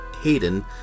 Hayden